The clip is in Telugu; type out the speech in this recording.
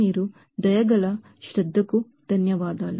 మీ శ్రద్ధ కు ధన్యవాదాలు